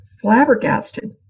flabbergasted